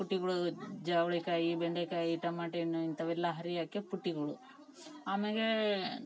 ಪುಟ್ಟಿಗಳಗ್ ಜವ್ಳಿ ಕಾಯಿ ಬೆಂಡೆ ಕಾಯಿ ಟಮಾಟೆಹಣ್ಣು ಇಂಥವೆಲ್ಲ ಹರಿಯೋಕೆ ಪುಟ್ಟಿಗಳು ಆಮೇಲೆ